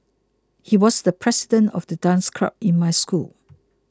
he was the president of the dance club in my school